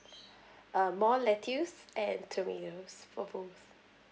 uh more lettuce and tomatoes for both